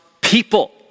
people